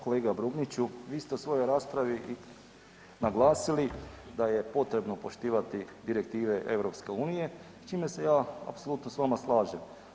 Kolega Brumniću, vi ste u svojoj raspravi naglasili da je potrebno poštivati Direktive EU s čime se ja apsolutno s vama slažem.